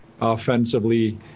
offensively